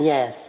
Yes